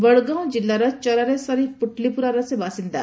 ବଡଗାଓଁ କିଲ୍ଲାର ଚରାରେ ସରିଫ୍ ଫୁଟ୍ଲୀପୁରାର ସେ ବାସିନ୍ଦା